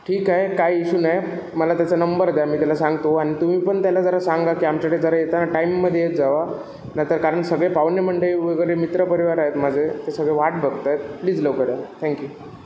ठीक आहे काही इशू नाही मला त्याचा नंबर द्या मी त्याला सांगतो आणि तुम्ही पण त्याला जरा सांगा की आमच्याकडे जरा येताना टाईममध्ये येत जा नाही तर कारण सगळे पाहुणे मंडळी वगैरे मित्रपरिवार आहेत माझे ते सगळे वाट बघत आहेत प्लीज लवकर या थँक्यू